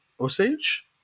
Osage